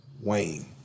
Wayne